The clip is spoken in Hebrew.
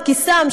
את כיסם,